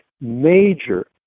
major